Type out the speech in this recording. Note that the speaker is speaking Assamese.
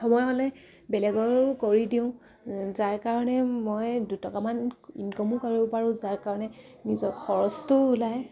সময় হ'লে বেলেগৰো কৰি দিওঁ যাৰ কাৰণে মই দুটকামান ইনকমো কৰিব পাৰোঁ যাৰ কাৰণে নিজৰ খৰচটোও ওলায়